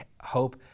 hope